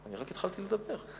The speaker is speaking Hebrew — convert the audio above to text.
אני רק התחלתי לדבר.